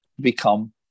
become